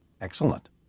Excellent